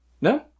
No